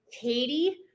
Katie